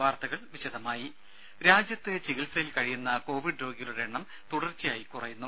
വാർത്തകൾ വിശദമായി രാജ്യത്ത് ചികിത്സയിൽ കഴിയുന്ന കോവിഡ് രോഗികളുടെ എണ്ണം തുടർച്ചയായി കുറയുന്നു